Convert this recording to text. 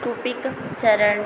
Kuupik चरण